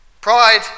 Pride